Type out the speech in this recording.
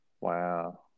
Wow